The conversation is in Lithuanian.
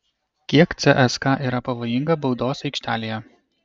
kiek cska yra pavojinga baudos aikštelėje